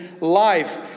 life